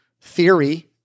theory